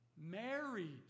Married